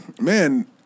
Man